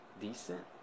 decent